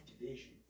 division